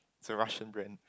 it's a Russian brand